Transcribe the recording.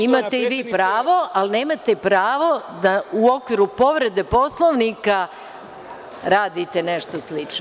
Imate i vi pravo, ali nemate pravo da u okviru povrede Poslovnika radite nešto slično.